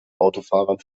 autofahrern